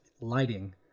lighting